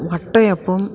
വട്ടയപ്പം